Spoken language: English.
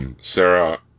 Sarah